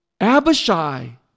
Abishai